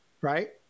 right